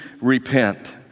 repent